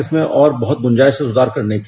इसमें और बहुत गुंजाइश है सुधार करने की